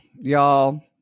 y'all